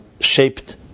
shaped